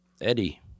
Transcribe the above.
Eddie